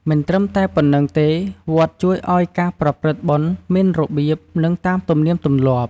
មិនត្រឹមតែប៉ុន្នឹងទេវត្តជួយអោយការប្រព្រឹត្តបុណ្យមានរបៀប និងតាមទំនៀមទម្លាប់។